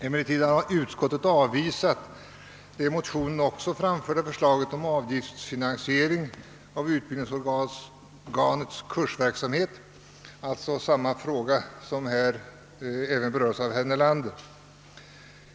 Emellertid har utskottet avvisat det i motionen framförda förslaget om avgiftsfinansiering av utbildningsorganets kursverksamhet, alltså den fråga som även berörts av herr Nelander.